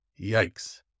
Yikes